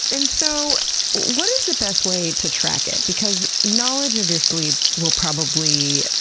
and so what is the best way to track it? because knowledge of your sleep will probably